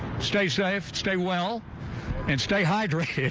stay safe, stay well and stay hydrated.